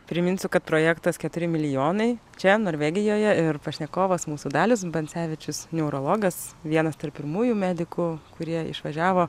priminsiu kad projektas keturi milijonai čia norvegijoje ir pašnekovas mūsų dalius bancevičius neurologas vienas tarp pirmųjų medikų kurie išvažiavo